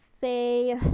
say